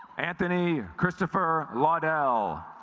anthony christopher law del